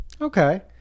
okay